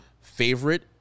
favorite